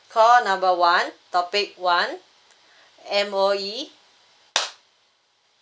call number one topic one M_O_E